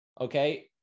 okay